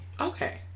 Okay